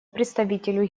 представителю